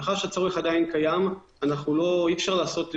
מאחר שהצורך עדיין קיים אז אי-אפשר לעשות הסמכה,